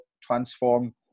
transform